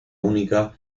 única